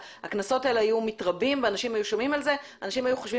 והקנסות האלה היו מתרבים ואנשים היו שומעים על זה אנשים היו חושבים